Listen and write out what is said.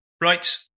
Right